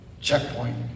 checkpoint